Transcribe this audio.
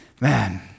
man